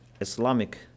Islamic